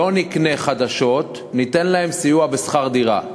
לא נקנה חדשות, וניתן להם סיוע בשכר דירה.